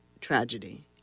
tragedy